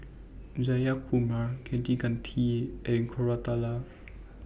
Jayakumar Kaneganti and Koratala